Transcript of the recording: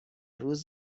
روز